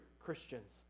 Christians